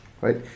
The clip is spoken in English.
right